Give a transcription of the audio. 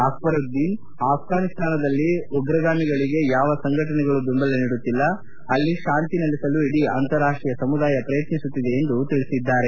ಅಕ್ಷರುದ್ದೀನ್ ಆಫ್ರಾನಿಸ್ತಾನದಲ್ಲಿ ಉರಗಾಮಿಗಳಿಗೆ ಯಾವ ಸಂಘಟನೆಗಳು ಬೆಂಬಲ ನೀಡುತ್ತಿಲ್ಲ ಅಲ್ಲಿ ಶಾಂತಿ ನೆಲೆಸಲು ಇಡೀ ಅಂತಾರಾಷ್ಷೀಯ ಸಮುದಾಯ ಪ್ರಯತ್ನಿಸುತ್ತಿದೆ ಎಂದು ಹೇಳಿದ್ದಾರೆ